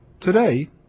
Today